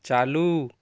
چالو